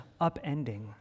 upending